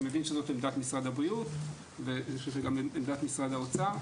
אני מבין שזאת עמדת משרד הבריאות וזאת גם עמדת משרד האוצר.